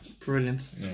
Brilliant